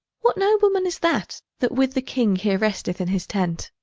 what noble man is that, that with the king here resteth in his tent?